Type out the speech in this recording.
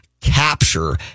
capture